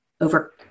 over